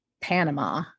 Panama